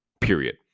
Period